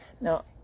Now